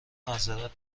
معذرت